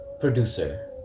producer